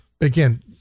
again